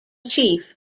chief